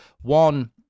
One